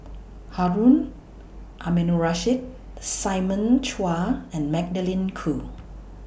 Harun Aminurrashid Simon Chua and Magdalene Khoo